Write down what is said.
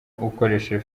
ukoresha